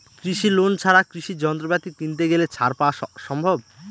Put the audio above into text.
কৃষি লোন ছাড়া কৃষি যন্ত্রপাতি কিনতে গেলে ছাড় পাওয়া সম্ভব?